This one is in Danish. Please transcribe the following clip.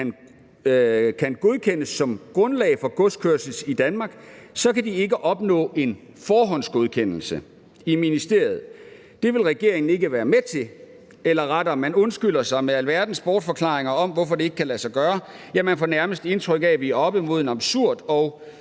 kan godkendes som grundlag for godskørsel i Danmark, så kan de ikke opnå en forhåndsgodkendelse i ministeriet. Det vil regeringen ikke være med til eller rettere: Man undskylder sig med alverdens bortforklaringer om, hvorfor det ikke kan lade sig gøre. Ja, man får nærmest indtryk af, at vi er oppe mod et absurd og